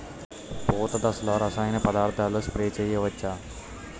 పూత దశలో రసాయన పదార్థాలు స్ప్రే చేయచ్చ?